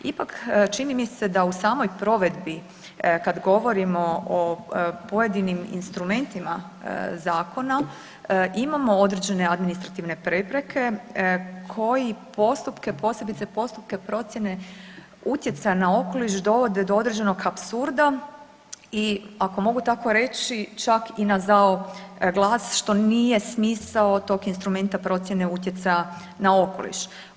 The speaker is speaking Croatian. Ipak, čini mi se da se u samoj provedbi kad govorimo o pojedinim instrumentima zakona, imamo određene administrativne prepreke koje postupke, posebice postupke procjene utjecaja na okoliš, dovode do određenog apsurda i ako mogu tako reći, čak i na zao na glas što nije smisao tog instrumenta procjene utjecaja na okoliš.